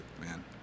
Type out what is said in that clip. man